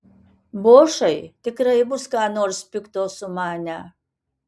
bošai tikrai bus ką nors pikto sumanę